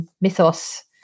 mythos